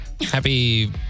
Happy